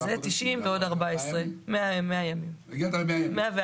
זה 90 ימים ועוד 14 ימים, בסך הכול זה 104 ימים.